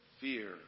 fear